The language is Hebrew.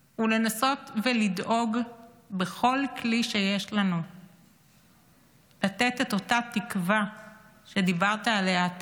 הוא לנסות ולדאוג בכל כלי שיש לנו לתת את אותה תקווה שדיברת עליה אתה,